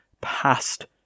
past